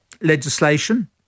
legislation